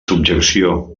subjecció